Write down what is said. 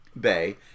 bay